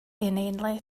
inanely